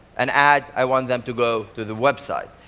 an ad, i want them to go to the website.